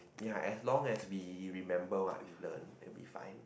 ya as long as we remember what we learn then will be fine